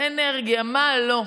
אנרגיה ומה לא,